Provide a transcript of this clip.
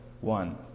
one